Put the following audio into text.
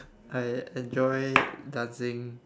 I enjoy dancing